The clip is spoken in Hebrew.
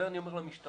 זה אני אומר למשטרה.